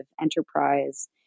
enterprise